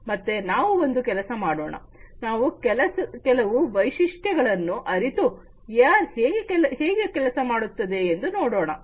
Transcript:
ಮತ್ತೆ ನಾವು ಒಂದು ಕೆಲಸ ಮಾಡೋಣ ನಾವು ಕೆಲವು ವೈಶಿಷ್ಟ್ಯಗಳನ್ನು ಅರಿತು ಎಆರ್ ಹೇಗೆ ಕೆಲಸ ಮಾಡುತ್ತದೆ ಎಂದು ನೋಡೋಣ